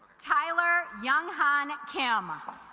tyler jung-han cama